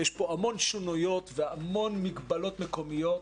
יש פה המון שוניות והמון מגבלות מקומיות,